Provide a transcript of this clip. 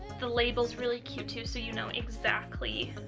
the labels really cute too so you know exactly